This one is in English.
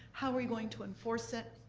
how are you going to enforce it?